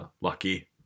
lucky